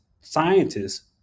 scientists